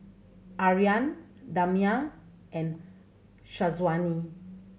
Aryan Damia and Syazwani